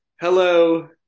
Hello